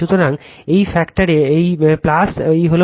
সুতরাং এই ফ্যাক্টর এই এই হল